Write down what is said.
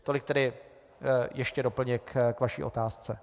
Tolik tedy ještě doplněk vaší k otázce.